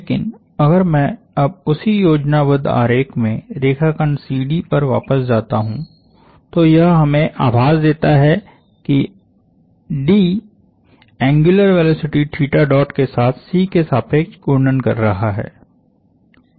लेकिन अगर मैं अब उसी योजनाबद्ध आरेख में रेखाखंड CD पर वापस जाता हूं तो यह हमें आभास देता है कि D एंग्युलर वेलोसिटी के साथ C के सापेक्ष घूर्णन कर रहा है